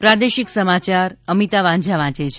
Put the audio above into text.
પ્રાદેશિક સમાચાર અમિતા વાંઝા વાંચે છે